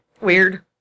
Weird